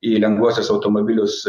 į lengvuosius automobilius